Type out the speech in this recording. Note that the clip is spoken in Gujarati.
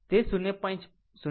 તે 0